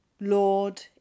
Lord